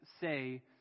say